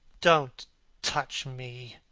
don't touch me!